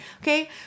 Okay